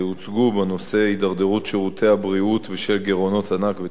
שירותי הבריאות בשל גירעונות ענק בתקציב קופות-החולים,